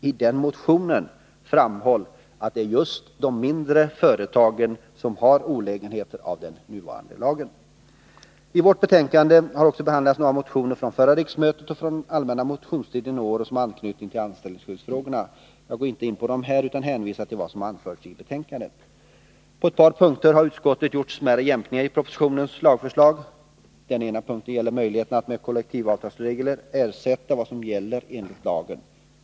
I den motionen framhålls att det är just de mindre företagen som har olägenheter av den nuvarande lagen. I vårt betänkande har också behandlats några motioner från förra riksmötet och från allmänna motionstiden i år som har anknytning till anställningsskyddsfrågorna. Jag går inte in på dem här utan hänvisar till vad som anförts i betänkandet. På ett par punkter har utskottet gjort smärre jämkningar i propositionens lagförslag. Den ena punkten gäller möjligheterna att med kollektivavtalsregler ersätta vad som gäller enligt lagen.